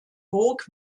burg